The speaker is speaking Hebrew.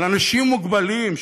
על אנשים מוגבלים,